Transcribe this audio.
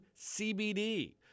CBD